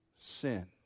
sin